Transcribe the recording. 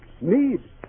Need